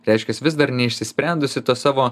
reiškias vis dar neišsprendusi to savo